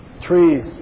trees